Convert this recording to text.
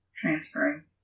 transferring